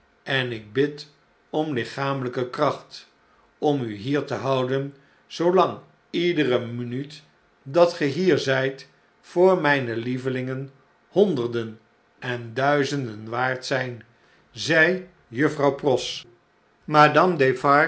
en ik bid om licbamelijke kracht om u hier te houden zoolang iedere minuut dat ge hier zijt voor mijne lievelingen honderden en duizenden waard zijn zei juffrouw pross madame